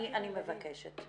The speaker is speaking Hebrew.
אני מבקשת.